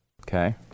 okay